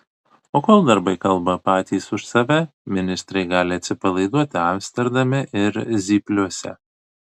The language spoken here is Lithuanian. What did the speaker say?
o kol darbai kalba patys už save ministrai gali atsipalaiduoti amsterdame ir zypliuose